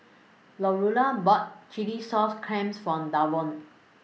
Lurana bought Chilli Sauce Clams For Davon